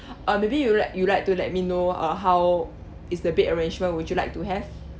uh maybe you like you like to let me know uh how is the bed arrangement would you like to have